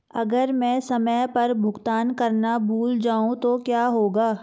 अगर मैं समय पर भुगतान करना भूल जाऊं तो क्या होगा?